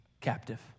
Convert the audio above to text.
captive